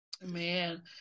Man